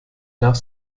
nach